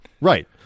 Right